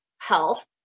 health